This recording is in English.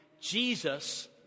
Jesus